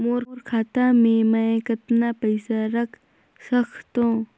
मोर खाता मे मै कतना पइसा रख सख्तो?